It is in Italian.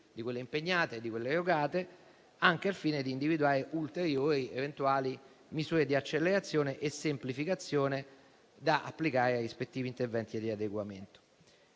di quelle impegnate e di quelle erogate, anche al fine di individuare ulteriori ed eventuali misure di accelerazione e semplificazione da applicare ai rispettivi interventi di adeguamento.